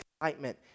excitement